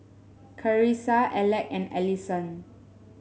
Carissa Alek and Allyson